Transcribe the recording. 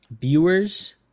Viewers